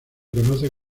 conoce